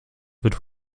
wird